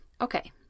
Okay